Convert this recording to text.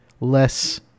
less